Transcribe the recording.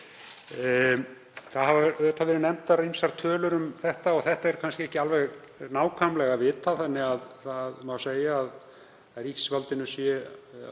Það hafa verið nefndar ýmsar tölur um þetta og þetta er kannski ekki alveg nákvæmlega vitað þannig að það má segja að ríkisvaldinu sé